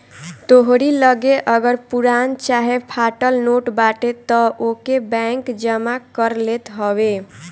तोहरी लगे अगर पुरान चाहे फाटल नोट बाटे तअ ओके बैंक जमा कर लेत हवे